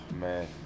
man